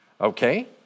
Okay